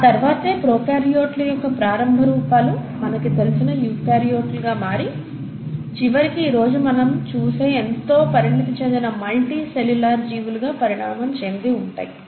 ఆ తర్వాతే ప్రోకార్యోట్లు యొక్క ప్రారంభ రూపాలు మనకు తెలిసిన యూకార్యోట్లు గా మారి చివరికి ఈరోజు మనం చూసే ఎంతో పరిణితి చెందిన మల్టీ సెల్యూలర్ జీవులుగా పరిణామం చెంది ఉంటాయి